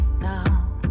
now